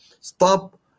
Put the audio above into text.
Stop